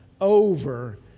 over